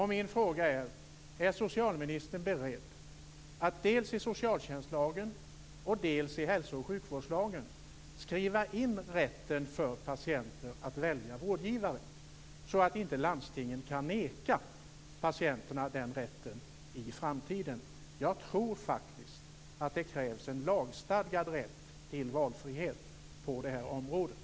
Min fråga är följande: Är socialministern beredd att dels i socialtjänstlagen, dels i hälso och sjukvårdslagen skriva in rätten för patienter att välja vårdgivare, så att landstingen inte kan neka patienterna den rätten i framtiden? Jag tror faktiskt att det krävs en lagstadgad rätt till valfrihet på detta område.